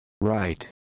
right